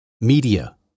media